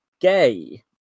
gay